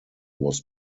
was